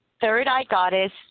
third-eye-goddess